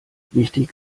wichtig